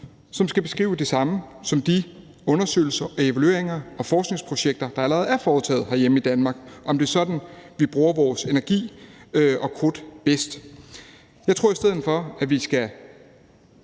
som skal beskrive det samme som de undersøgelser, evalueringer og forskningsprojekter, der allerede er foretaget herhjemme i Danmark. Er det sådan, vi bruger vores energi og krudt bedst? Jeg tror, at vi i stedet for skal